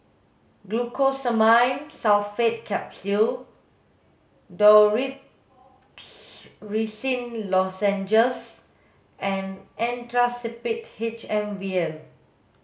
Glucosamine Sulfate Capsule Dorithricin Lozenges and Actrapid H M vial